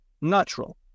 natural